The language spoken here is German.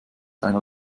einer